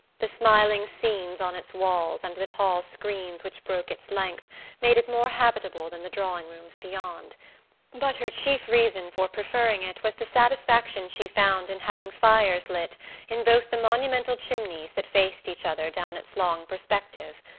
the smiling scenes on its walls and the tall screens which broke its length made it more habitable than the drawing-rooms beyond but her chief reason for preferring it was the satisfaction she found in having fires lit in both the monumental chimneys that faced each other down its long perspective.